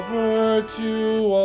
virtue